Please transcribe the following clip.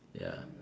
ya